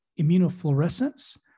immunofluorescence